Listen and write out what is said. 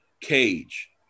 cage